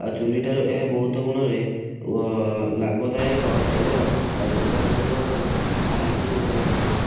ଆଉ ଚୁଲି ଠାରୁ ଏହା ବହୁତ ଗୁଣରେ ଲାଭଦାୟକ ଏବଂ ଅଧିକ ପରିମାଣରେ ସାହାଯ୍ୟକୃତ ମଧ୍ୟ